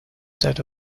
that